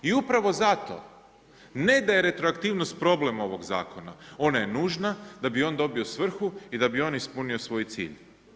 I upravo za to ne da je retroaktivnost problem ovog zakona, ona je nužna da bi on dobio svrhu i da bi on ispunio svoj cilj.